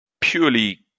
purely